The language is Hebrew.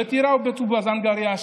בטירה ובטובא-זנגרייה,